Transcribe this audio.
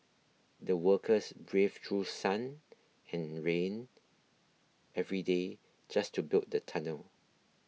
the workers braved through sun and rain every day just to build the tunnel